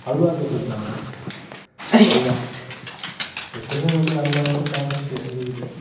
அல்வா கேட்டு இருக்கிறாங்க அல்வா இப்போ திருநெல்வேலி அல்வாவை விட ஃபேமஸ் எது இருக்குது